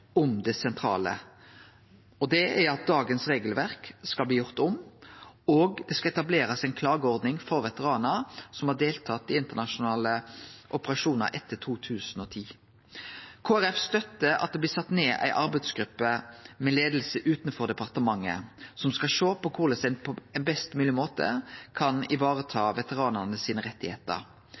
om det sentrale, og det er at dagens regelverk skal bli gjort om, og det skal etablerast ei klageordning for veteranar som har deltatt i internasjonale operasjonar etter 2010. Kristeleg Folkeparti støttar at det blir sett ned ei arbeidsgruppe med leiing utanfor departementet som skal sjå på korleis ein på best mogleg måte kan vareta veteranane sine